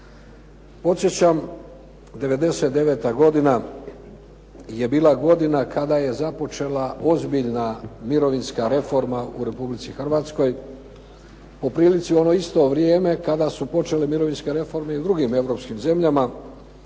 Podsjećam, '99, godina je bila godina kada je započela ozbiljna mirovinska reforma u Republici Hrvatskoj, po prilici ono isto vrijeme kada su počele mirovinske reforme i u drugim europskim zemljama